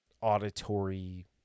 auditory